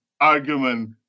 argument